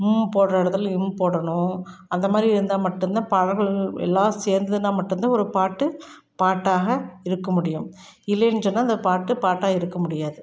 ம் போடுற இடத்துல ம் போடணும் அந்த மாதிரி இருந்தால் மட்டுந்தான் எல்லாம் சேர்ந்ததுனா மட்டுந்தான் ஒரு பாட்டு பாட்டாக இருக்க முடியும் இல்லைனு சொன்னால் அந்த பாட்டு பாட்டாக இருக்க முடியாது